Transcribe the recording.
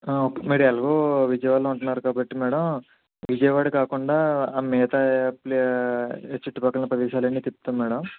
అప్పు మీరేలాగో విజవాడలో ఉంటున్నారు కాబట్టి మేడమ్ విజయవాడ కాకుండా మిగతా చుట్టుపక్కల ప్రదేశాలన్నీ తిప్పుతాం మేడమ్